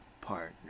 partner